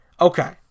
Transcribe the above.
okay